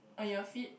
on your feet